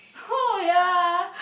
oh yeah